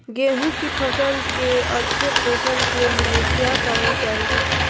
गेंहू की फसल के अच्छे पोषण के लिए क्या करना चाहिए?